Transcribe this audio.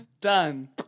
Done